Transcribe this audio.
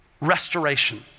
restoration